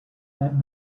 that